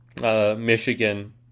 Michigan